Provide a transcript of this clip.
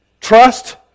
trust